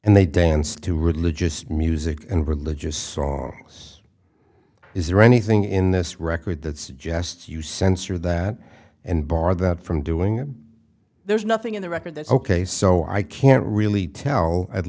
and they dance to religious music and religious songs is there anything in this record that suggests you censor that and bar that from doing there's nothing in the record that's ok so i can't really tell at